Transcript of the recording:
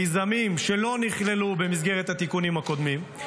1. מיזמים שלא נכללו במסגרת התיקונים הקודמים,